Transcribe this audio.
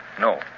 No